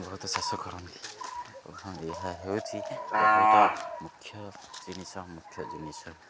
ବହୁତ ଚାଷ କରନ୍ତି କରନ୍ତି ଏହା ହେଉଛିି ମୁଖ୍ୟ ଜିନିଷ ମୁଖ୍ୟ ଜିନିଷ